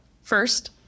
First